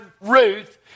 Ruth